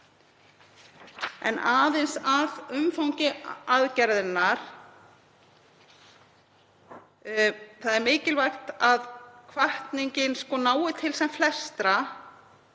En aðeins að umfangi aðgerðarinnar. Það er mikilvægt að hvatningin nái til sem flestra